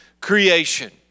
creation